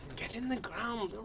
get in the ground,